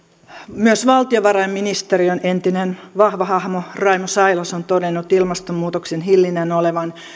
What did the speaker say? myös valtiovarainministeriön entinen vahva hahmo raimo sailas on todennut ilmastonmuutoksen hillinnän olevan